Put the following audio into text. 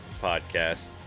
Podcast